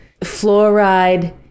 fluoride